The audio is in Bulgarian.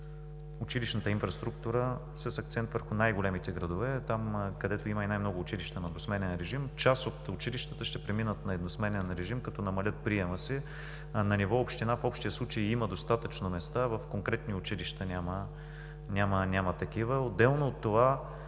училищната инфраструктура с акцент върху най-големите градове, там, където има и най-много училища на двусменен режим. Част от училищата ще преминат на едносменен режим, като намалят приема си. На ниво община в общия случай има достатъчно места. В конкретни училища няма такива. Отделно от това